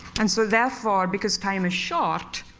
and so therefore, because time is short,